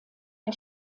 der